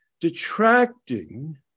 detracting